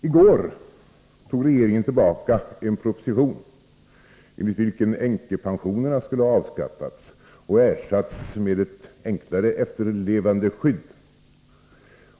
I går tog regeringen tillbaka en proposition enligt vilken änkepensionerna skulle ha avskaffats och ersatts med ett enklare efterlevandeskydd.